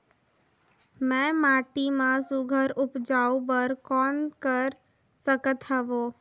मैं माटी मा सुघ्घर उपजाऊ बर कौन कर सकत हवो?